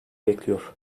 bekliyor